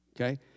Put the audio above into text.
okay